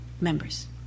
members